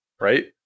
Right